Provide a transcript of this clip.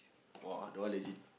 !woah! that one legend